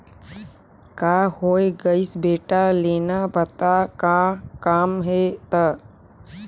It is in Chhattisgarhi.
का होये गइस बेटा लेना बता का काम हे त